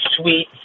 sweet